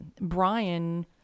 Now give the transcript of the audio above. Brian